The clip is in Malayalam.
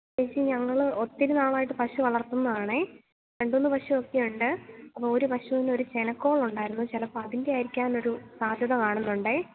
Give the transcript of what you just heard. ചേച്ചി ഞങ്ങളൊത്തിരി നാളായിട്ട് പശു വളർത്തുന്നതാണ് രണ്ടുമൂന്ന് പശുവൊക്കെയുണ്ട് ഒരു പശുവിന് ഒരു ചെനക്കോളുണ്ടായിരുന്നു ചിലപ്പോള് അതിൻ്റേതായിരിക്കാനൊരു സാധ്യത കാണുന്നുണ്ട്